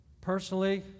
Personally